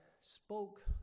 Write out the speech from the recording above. spoke